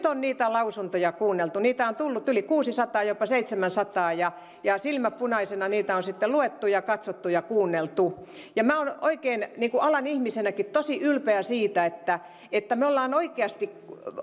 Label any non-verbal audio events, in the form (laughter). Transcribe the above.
(unintelligible) on niitä lausuntoja kuunneltu niitä on tullut yli kuusisataa jopa seitsemänsataa ja ja silmät punaisena niitä on sitten luettu ja katsottu ja kuunneltu minä olen oikein alan ihmisenäkin tosi ylpeä siitä että että me olemme oikeasti